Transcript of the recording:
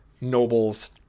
nobles